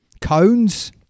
cones